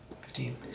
Fifteen